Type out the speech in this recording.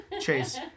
chase